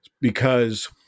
because-